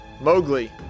Mowgli